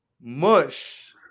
mush